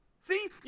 See